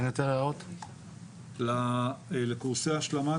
לקורסי ההשלמה,